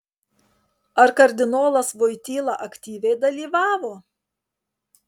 ar kardinolas voityla aktyviai dalyvavo